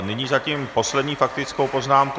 Nyní mám zatím poslední faktickou poznámku.